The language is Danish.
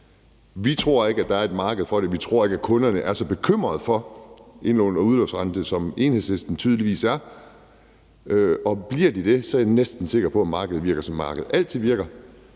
Vi tror ikke, at der er et marked for det. Vi tror ikke, at kunderne er så bekymrede for indlåns- og udlånsrenten, som Enhedslisten tydeligvis er, og bliver de det, er jeg næsten sikker på, at markedet virker, som markedet altid virker: